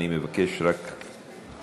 אני מבקש רק שלוש-ארבע דקות.